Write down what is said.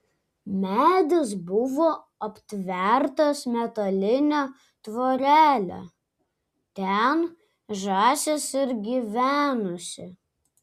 medis buvo aptvertas metaline tvorele ten žąsis ir gyvenusi